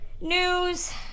news